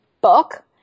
book